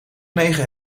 negen